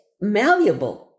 malleable